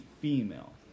female